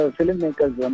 Filmmakers